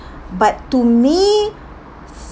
but to me